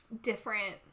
different